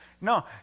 no